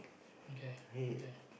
okay okay